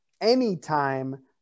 anytime